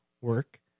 work